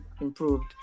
improved